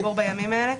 בימים האלה.